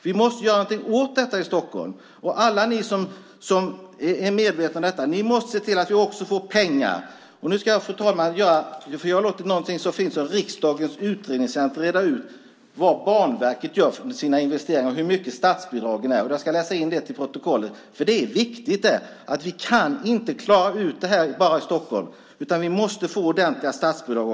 Vi måste göra någonting åt detta i Stockholm. Och alla ni som är medvetna om detta måste se till att vi också får pengar. Fru talman! Jag har låtit någonting så fint som riksdagens utredningstjänst reda ut vad Banverket gör med sina investeringar och hur mycket statsbidragen är. Jag ska läsa in det till protokollet. Det är viktigt att vi inte kan klara ut det här bara i Stockholm, utan vi måste också få ordentliga statsbidrag.